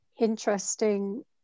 interesting